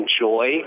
enjoy